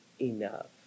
enough